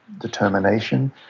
determination